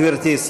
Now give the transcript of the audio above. גברתי.